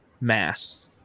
mass